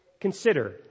Consider